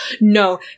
no